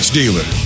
dealer